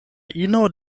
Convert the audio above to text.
ino